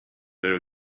very